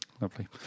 Lovely